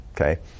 Okay